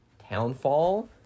Townfall